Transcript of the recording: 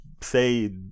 say